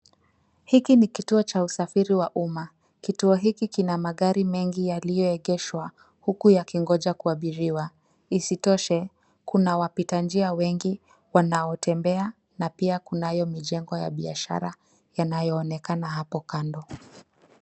Hiki ni kituo cha usafiri wa umma kituo hiki kina magari mengi yaliyoegeshwa huku yakingoja kuabiriwa, isitoshe kuna wapita njia wengi wanaotembea na pia kunayo mijengo ya biashara yanayoonekana hapo kando.